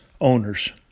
owners